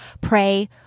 pray